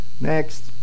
Next